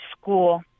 school